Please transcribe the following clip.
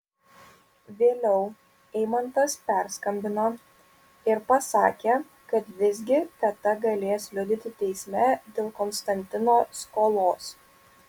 vėliau eimantas perskambino ir pasakė kad visgi teta galės liudyti teisme dėl konstantino skolos